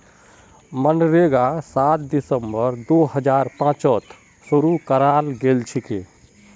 मनरेगा सात दिसंबर दो हजार पांचत शूरू कराल गेलछिले